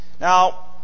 Now